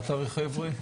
מה התאריך העברי?